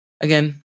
again